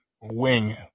wing